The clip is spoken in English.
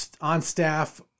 on-staff